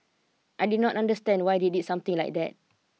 I did not understand why did they something like that